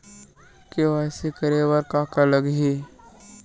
KYC करे बर का का लगही?